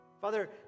Father